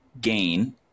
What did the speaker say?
gain